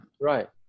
Right